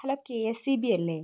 hello K S E B അല്ലേ